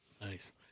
Nice